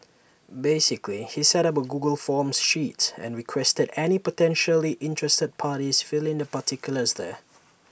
basically he set up A Google forms sheet and requested any potentially interested parties fill in their particulars there